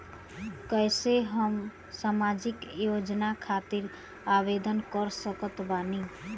कैसे हम सामाजिक योजना खातिर आवेदन कर सकत बानी?